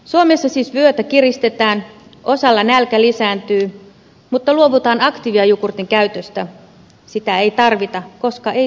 suomessa siis vyötä kiristetään osalla nälkä lisääntyy mutta luovutaan activia jogurtin käytöstä sitä ei tarvita koska ei turvota